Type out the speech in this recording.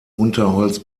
unterholz